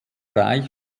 reich